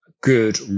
good